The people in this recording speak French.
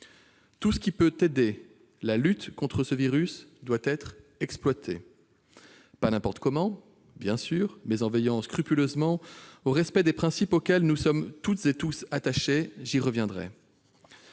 Tout ce qui peut aider à lutter contre ce virus doit être exploité, pas n'importe comment, bien sûr, mais en veillant scrupuleusement au respect des principes auxquels nous sommes toutes et tous attachés. J'y reviendrai.